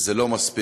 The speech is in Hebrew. שזה לא מספיק.